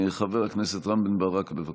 חבר הכנסת רם בן ברק, בבקשה.